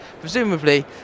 presumably